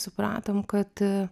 supratom kad